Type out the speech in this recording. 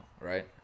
right